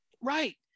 Right